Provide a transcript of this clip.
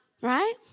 Right